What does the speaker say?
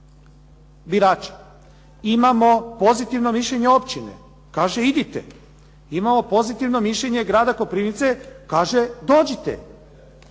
Birača. Imamo pozitivno mišljenje općine. Kaže idite. Imamo pozitivno grada Koprivnice, kaže dođite.